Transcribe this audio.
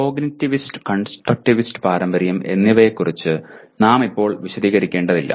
cognitivist constructivist പാരമ്പര്യം എന്നിവയെക്കുറിച്ച് നാം ഇപ്പോൾ വിശദീകരിക്കേണ്ടതില്ല